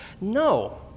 No